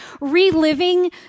reliving